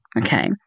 okay